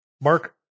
Mark